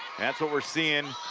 that's what we're seeing